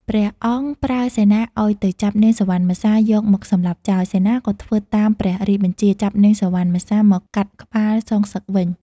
ព្រះអង្គប្រើសេនាឲ្យទៅចាប់នាង សុវណ្ណមសា យកមកសម្លាប់ចោល សេនាក៏ធ្វើតាមព្រះរាជបញ្ជា ចាប់នាងសុវណ្ណមសា មកកាត់ក្បាលសងសឹកវិញ។